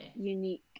unique